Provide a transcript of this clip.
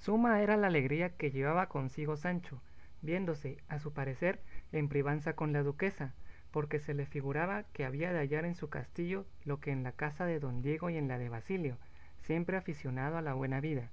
suma era la alegría que llevaba consigo sancho viéndose a su parecer en privanza con la duquesa porque se le figuraba que había de hallar en su castillo lo que en la casa de don diego y en la de basilio siempre aficionado a la buena vida